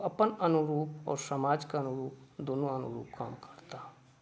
ओ अपन अनुरूप आ समाजके अनुरूप दुनू अनुरूप काज करताह